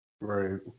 right